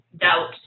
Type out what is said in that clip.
doubt